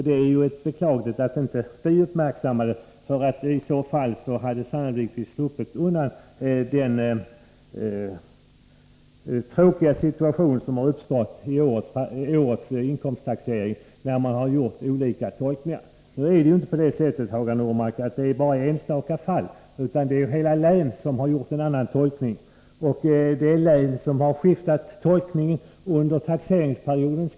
Det är beklagligt att vi i utskottet inte uppmärksammade detta och gjorde en utförlig tolkning av vad vi avsåg med ordet regelmässigt — i så fall hade vi sannolikt sluppit den tråkiga situation som uppstått vid årets inkomsttaxering, där det förekommit olika tolkningar. Ett flertal län har tolkat bestämmelserna på annat sätt än riksskatteverket.